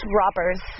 robbers